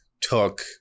took